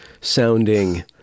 sounding